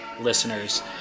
listeners